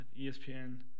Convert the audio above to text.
ESPN